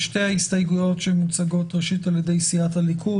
שתי ההסתייגויות שמוצגות קודם הן של סיעת הליכוד.